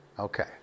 Okay